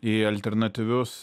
į alternatyvius